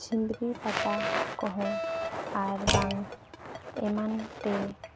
ᱡᱷᱤᱢᱨᱤ ᱯᱟᱴᱟ ᱠᱚᱦᱚᱸ ᱟᱨᱵᱟᱝ ᱮᱢᱟᱱᱛᱮ